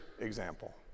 example